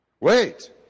Wait